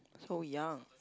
so young